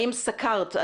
האם סקרת,